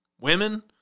women